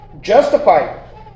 justified